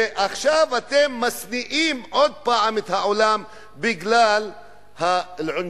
ועכשיו אתם משניאים עוד פעם את העולם בגלל האל-עֻנְגֻ'הִיַה,